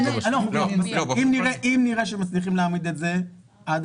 אם נראה שמצליחים להעמיד את זה עד